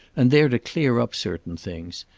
and there to clear up certain things,